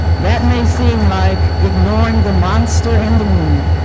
that may seem like ignoring the monster in the room.